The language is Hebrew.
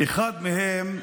אחד מהם,